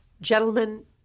Gentlemen